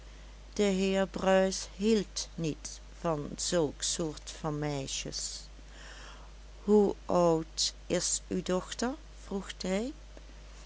de heer bruis hield niet van zulk soort van meisjes hoe oud is uw dochter vroeg hij